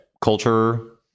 culture